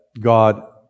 God